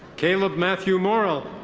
caleb matthew morel.